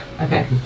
Okay